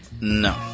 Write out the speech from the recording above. No